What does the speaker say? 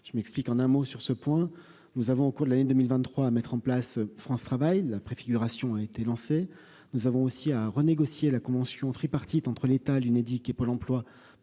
je m'explique, en un mot sur ce point, nous avons au cours de l'année 2023 à mettre en place France travaille la préfiguration a été lancée, nous avons aussi à renégocier la convention tripartite entre l'État, l'Unédic et Pôle Emploi